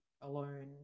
alone